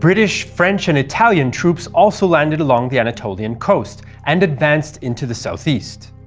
british, french, and italian troops also landed along the anatolian coast and advanced into the southeast.